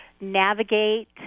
navigate